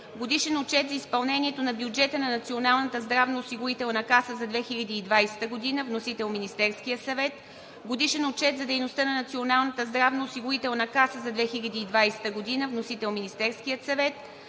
Годишен отчет за изпълнението на бюджета на Националната здравноосигурителна каса за 2020 г. Вносител – Министерският съвет. Годишен отчет за дейността на Националната здравноосигурителна каса за 2020 г. Вносител – Министерският съвет.